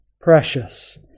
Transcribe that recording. precious